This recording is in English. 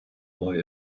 boy